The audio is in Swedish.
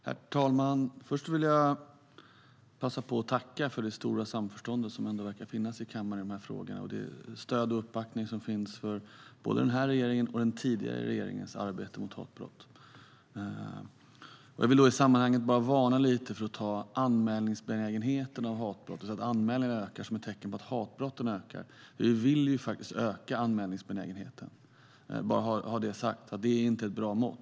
Herr talman! Först vill jag passa på att tacka för det stora samförstånd som ändå verkar finnas i kammaren i den här frågan och för det stöd och den uppbackning som finns för både den här och den tidigare regeringens arbete mot hatbrott. Jag vill i sammanhanget bara varna lite för att ta det faktum att benägenheten att anmäla hatbrott har ökat som ett tecken på att hatbrotten ökar, för vi vill ju faktiskt öka anmälningsbenägenheten. Det är inte ett bra mått.